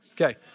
Okay